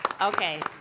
Okay